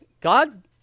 God